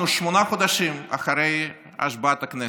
אנחנו שמונה חודשים אחרי השבעת הכנסת,